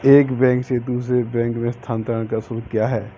एक बैंक से दूसरे बैंक में स्थानांतरण का शुल्क क्या है?